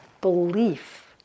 belief